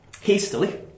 hastily